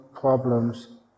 problems